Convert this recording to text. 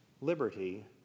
liberty